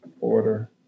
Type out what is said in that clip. order